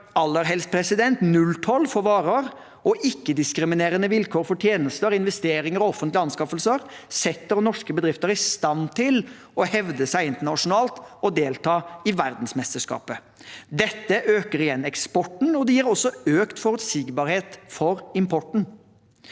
aller helst null toll, for varer og ikke-diskriminerende vilkår for tjenester, investeringer og offentlige anskaffelser, setter norske bedrifter i stand til å hevde seg internasjonalt og delta i verdensmesterskapet. Dette øker igjen eksporten, og det gir også økt forutsigbarhet for importen.